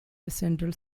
central